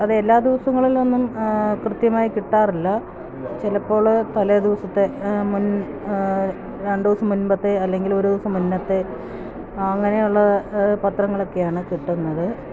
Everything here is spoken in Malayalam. അത് എല്ലാ ദിവസങ്ങളിലൊന്നും കൃത്യമായി കിട്ടാറില്ല ചിലപ്പോള് തലേദിവസത്തെ മുൻ രണ്ട് ദിവസം മുൻപത്തെ അല്ലെങ്കിൽ ഒരു ദിവസം മുന്നത്തെ അങ്ങനെയുള്ള പത്രങ്ങളൊക്കെയാണ് കിട്ടുന്നത്